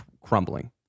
crumbling